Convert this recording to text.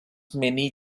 many